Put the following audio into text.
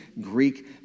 Greek